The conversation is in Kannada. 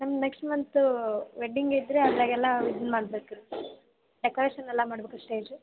ನಮ್ದು ನೆಕ್ಸ್ಟ್ ಮಂತ್ ವೆಡ್ಡಿಂಗ್ ಇತ್ತು ರೀ ಅದರಾಗೆಲ್ಲ ಇದು ಮಾಡ್ಬೇಕು ರೀ ಡೆಕೋರೇಷನ್ ಎಲ್ಲ ಮಾಡ್ಬೇಕು ರೀ ಸ್ಟೇಜು